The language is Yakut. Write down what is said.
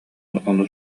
ону